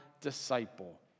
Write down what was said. disciple